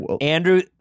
Andrew –